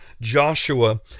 Joshua